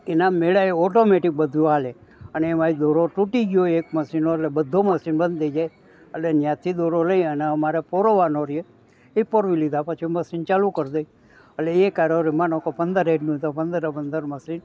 એના મેળે ઓટોમેટિક બધું ચાલે અને એમાંય દોરો તૂટી ગયો હોય એક મશીનનો એટલે બધુ મસીન બંધ થઈ જાય અટલે ત્યાંથી દોરો લઈ અને અમારે પોરવવાનો રહે એ પોરવી લીધા પછી મસીન ચાલુ કરી દઈ એટલે એક હારોહાર માનો કે પંદર હેડનું તો પંદરે પંદર મસીન